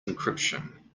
encryption